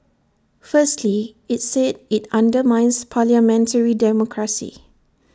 firstly IT said IT undermines parliamentary democracy